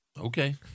Okay